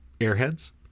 airheads